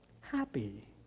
happy